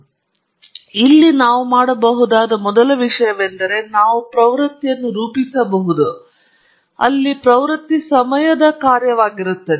ಆದ್ದರಿಂದ ಇಲ್ಲಿ ನಾವು ಮಾಡಬಹುದಾದ ಮೊದಲ ವಿಷಯವೆಂದರೆ ನಾವು ಪ್ರವೃತ್ತಿಯನ್ನು ರೂಪಿಸಬಹುದು ಅಲ್ಲಿ ಪ್ರವೃತ್ತಿ ಸಮಯದ ಕಾರ್ಯವಾಗಿರುತ್ತದೆ